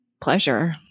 pleasure